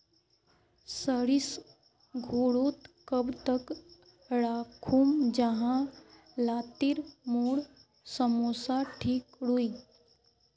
सरिस घोरोत कब तक राखुम जाहा लात्तिर मोर सरोसा ठिक रुई?